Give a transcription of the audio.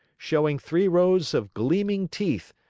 showing three rows of gleaming teeth,